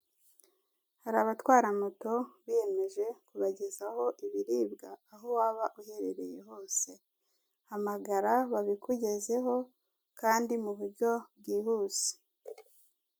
Hari abatwara moto biyemeje kubagezaho ibiribwa aho waba uherereye hose hamagara babikugezeho kandi mu buryo bwihuse.